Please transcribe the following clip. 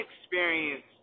experience